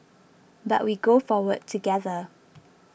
but we go forward together